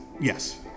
yes